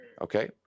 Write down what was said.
okay